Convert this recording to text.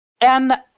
And-